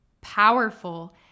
powerful